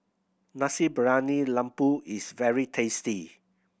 Nasi Briyani Lembu is very tasty